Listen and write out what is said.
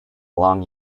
long